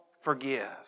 forgive